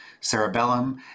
cerebellum